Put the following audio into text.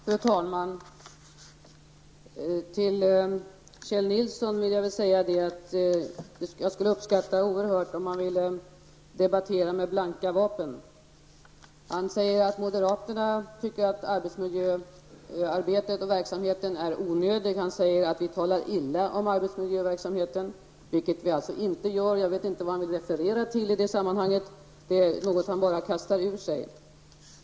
Fru talman! Till Kjell Nilsson vill jag säga att jag skulle uppskatta oerhört om han ville debattera med blanka vapen. Han säger att moderaterna tycker att arbetsmiljöarbetet och den verksamheten är onödig. Han säger att vi talar illa om arbetsmiljöverksamheten, vilket vi alltså inte gör. Jag vet inte vad han vill referera till. Det är något han bara kastar ur sig.